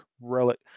relic